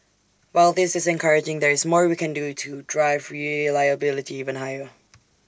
while this is encouraging there is more we can do to drive reliability even higher